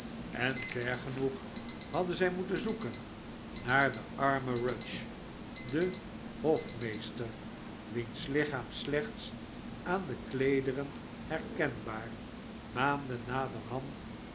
en ver genoeg hadden zij moeten zoeken naar den armen rudge den hofmeester wiens lichaam slechts aan de kleederen kenbaar maanden naderhand